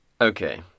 Okay